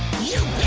you